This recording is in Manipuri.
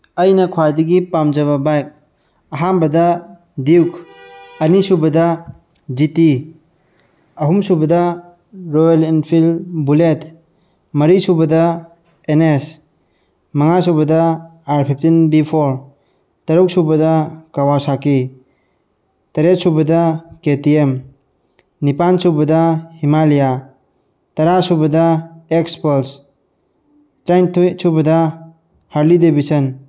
ꯑꯩꯅ ꯈ꯭ꯋꯥꯏꯗꯒꯤ ꯄꯥꯝꯖꯕ ꯕꯥꯏꯛ ꯑꯍꯥꯟꯕꯗ ꯗ꯭ꯌꯨꯛ ꯑꯅꯤꯁꯨꯕꯗ ꯖꯤ ꯇꯤ ꯑꯍꯨꯝꯁꯨꯕꯗ ꯔꯣꯌꯦꯜ ꯏꯟꯐꯤꯜ ꯕꯨꯂꯦꯠ ꯃꯔꯤꯁꯨꯕꯗ ꯑꯦꯟ ꯅꯦꯁ ꯃꯉꯥꯁꯨꯕꯗ ꯑꯥꯔ ꯐꯤꯞꯇꯤꯟ ꯚꯤ ꯐꯣꯔ ꯇꯔꯨꯛꯁꯨꯕꯗ ꯀꯋꯥꯁꯥꯀꯤ ꯇꯔꯦꯠꯁꯨꯕꯗ ꯀꯦ ꯇꯤ ꯑꯦꯝ ꯅꯤꯄꯥꯜꯁꯨꯕꯗ ꯍꯤꯃꯥꯂꯤꯌꯥ ꯇꯔꯥꯁꯨꯕꯗ ꯑꯦꯛꯁ ꯄꯜꯁ ꯇꯔꯥꯅꯤꯊꯣꯏꯁꯨꯕꯗ ꯍꯔꯂꯤ ꯗꯦꯕꯤꯁꯟ